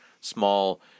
small